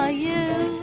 ah you